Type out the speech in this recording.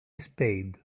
spade